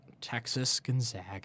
Texas-Gonzaga